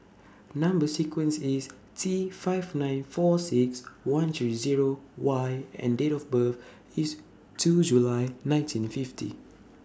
Number sequence IS T five nine four six one three Zero Y and Date of birth IS two July nineteen fifty